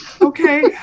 okay